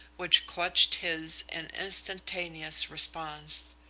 which clutched his in instantaneous response.